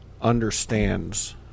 understands